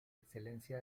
excelencia